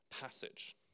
passage